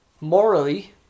Morally